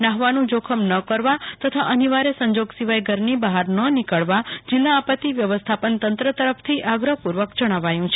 નહાવાનું જોખમ ન કરવા તથા અનિવાર્ય સંજોગ સિવાય ઘરથી બહાર ન નીકળવા જિલ્લા આપત્તિ વ્યવસ્થાપન તંત્ર તરફથી આગ્રહપૂર્વક જણાવાયું છે